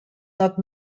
not